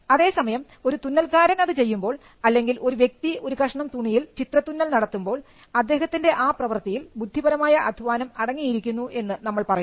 അതേസമയം ഒരു തുന്നൽക്കാരൻ അത് ചെയ്യുമ്പോൾ അല്ലെങ്കിൽ ഒരു വ്യക്തി ഒരു കഷ്ണം തുണിയിൽ ചിത്രത്തുന്നൽ നടത്തുമ്പോൾ അദ്ദേഹത്തിൻറെ ആ പ്രവർത്തിയിൽ ബുദ്ധിപരമായ അധ്വാനം അടങ്ങിയിരിക്കുന്നു എന്ന് നമ്മൾ പറയുന്നു